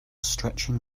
stretching